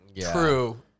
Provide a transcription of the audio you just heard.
True